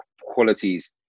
qualities